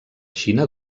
xina